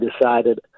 decided